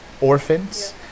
orphans